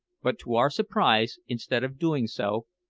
but, to our surprise, instead of doing so,